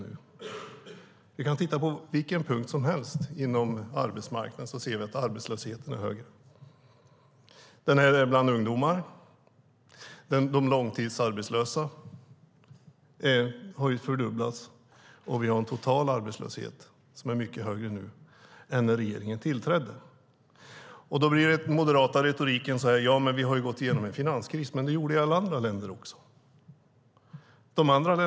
På område efter område på arbetsmarknaden är arbetslösheten högre. Den är högre bland ungdomar. Antalet långtidsarbetslösa har fördubblats. Vi har en total arbetslöshet som nu är mycket högre än när den nuvarande regeringen tillträdde. Då låter det i den moderata retoriken att vi har genomlevt en finanskris. Det har alla andra länder också gjort.